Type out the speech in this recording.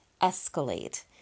escalate